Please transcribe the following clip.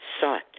sought